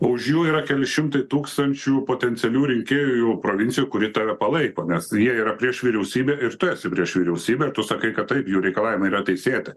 o už jų yra keli šimtai tūkstančių potencialių rinkėjų provincijų kuri tave palaiko nes jie yra prieš vyriausybę ir tu esi prieš vyriausybę ir tu sakai kad taip jų reikalavimai yra teisėti